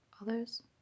others